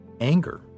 anger